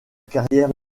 carrière